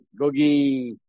Gogi